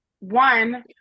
One